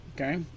Okay